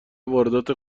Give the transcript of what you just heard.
واردات